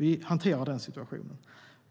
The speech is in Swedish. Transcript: Vi hanterar den situationen